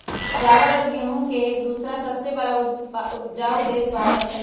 चावल और गेहूं के दूसरा सबसे बड़ा उपजाऊ देश भारत हई